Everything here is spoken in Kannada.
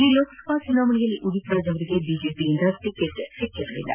ಈ ಲೋಕಸಭಾ ಚುನಾವಣೆಯಲ್ಲಿ ಉದಿತ್ರಾಜ್ ಅವರಿಗೆ ಬಿಜೆಪಿಯಿಂದ ಟಿಕೆಟ್ ನೀಡಲಾಗಿರಲಿಲ್ಲ